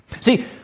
See